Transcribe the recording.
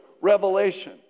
Revelation